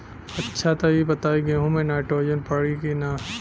अच्छा त ई बताईं गेहूँ मे नाइट्रोजन पड़ी कि ना?